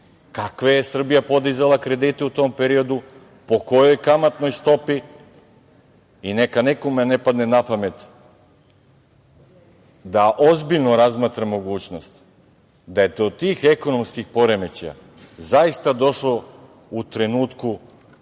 kakve je Srbija podizala kredite u tom periodu, po kojoj kamatnoj stopi i neka nekome ne padne napamet da ozbiljno razmatra mogućnost da je do tih ekonomskih poremećaja zaista došlo u trenutku